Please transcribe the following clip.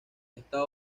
esta